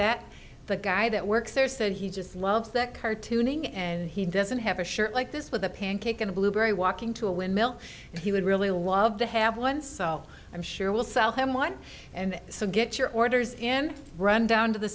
that the guy that works there said he just loves the cartooning and he doesn't have a shirt like this with a pancake and a blueberry walking to a windmill and he would really love to have one so i'm sure we'll sell him one and so get your orders in run down to the